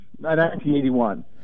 1981